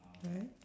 right